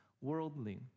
worldly